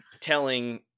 telling